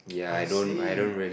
I see